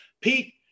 Pete